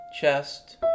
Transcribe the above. chest